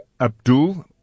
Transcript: Abdul